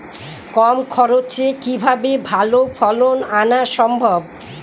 কম খরচে কিভাবে ভালো ফলন আনা সম্ভব?